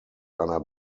einer